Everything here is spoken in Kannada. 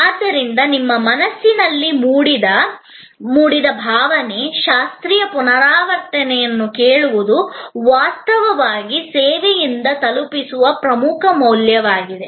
ಆದ್ದರಿಂದ ನಿಮ್ಮ ಮನಸ್ಸಿನಲ್ಲಿ ಮೂಡಿದ ಭಾವನೆ ಶಾಸ್ತ್ರೀಯ ಪುನರಾವರ್ತನೆಯನ್ನು ಕೇಳುವುದು ವಾಸ್ತವವಾಗಿ ಸೇವೆಯಿಂದ ತಲುಪಿಸುವ ಪ್ರಮುಖ ಮೌಲ್ಯವಾಗಿದೆ